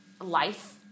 life